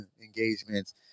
engagements